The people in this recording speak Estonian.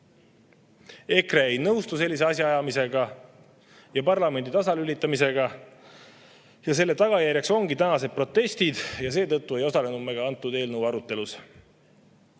EKRE ei nõustu sellise asjaajamisega ja parlamendi tasalülitamisega. Selle tagajärjeks ongi tänased protestid. Seetõttu ei osalenud me ka eelnõu arutelus.